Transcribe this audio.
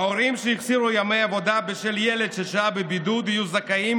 הורים שהחסירו ימי עבודה בשל ילד ששהה בבידוד יהיו זכאים